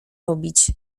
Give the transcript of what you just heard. robić